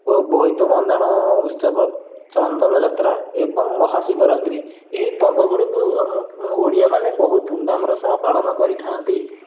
ଓ ବୋଇତ ବନ୍ଦାଣ ଉତ୍ସବ ଚନ୍ଦନ ଯାତ୍ରା ଏବଂ ମହା ଶିବରାତ୍ରି ଏହି ପର୍ବ ଗୁଡ଼ିକୁ ଆମ ଓଡ଼ିଆ ମାନେ ବହୁତ ଧୁମଧାମ୍ର ସହ ପାଳନ କରିଥାନ୍ତି